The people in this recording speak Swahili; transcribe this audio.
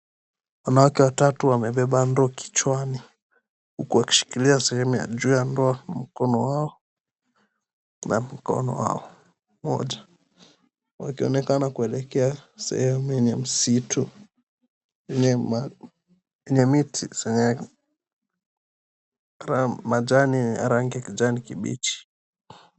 Wanawake watatu wamebeba ndoo kichwani huku wakishikilia sehemu ya juu ya ndoo na mkono wa mmoja. Wakionekana kuelekea sehemu yenye msitu yenye miti na senyenge na majani ya rangi kijani kibichi.